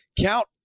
count